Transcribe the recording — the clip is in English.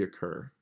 reoccur